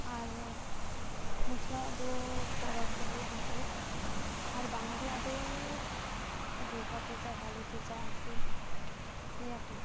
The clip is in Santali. ᱟᱨ ᱢᱩᱥᱞᱟᱹᱣᱟᱜ ᱫᱚ ᱯᱚᱨᱚᱵᱽ ᱫᱚ ᱦᱩᱭᱩᱜ ᱠᱟᱱᱟ ᱤᱫ ᱟᱨ ᱵᱟᱝᱟᱞᱤᱭᱟᱜ ᱫᱚ ᱫᱩᱨᱜᱟ ᱯᱩᱡᱟ ᱠᱟᱹᱞᱤ ᱯᱩᱡᱟ ᱟᱨᱠᱤ ᱱᱤᱭᱟᱹ ᱠᱚᱜᱮ